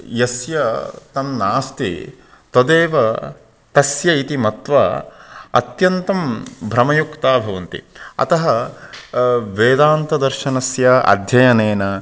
यस्य तन्नास्ति तदेव तस्य इति मत्वा अत्यन्तं भ्रमयुक्ताः भवन्ति अतः वेदान्तदर्शनस्य अध्ययनेन